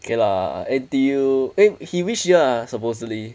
okay lah N_T_U eh he which year ah supposedly